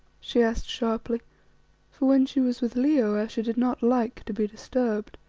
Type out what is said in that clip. she asked sharply for when she was with leo ayesha did not like to be disturbed.